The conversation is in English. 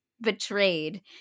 betrayed